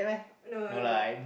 no no no